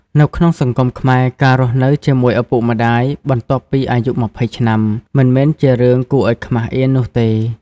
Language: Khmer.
នៅក្នុងសង្គមខ្មែរ ការរស់នៅជាមួយឪពុកម្តាយ បន្ទាប់ពីអាយុ ២០ ឆ្នាំ មិនមែនជារឿងគួរឲ្យខ្មាស់អៀននោះទេ។